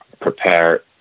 prepare